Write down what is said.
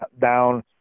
down